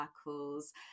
circles